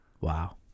Wow